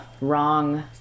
wrong